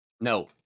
No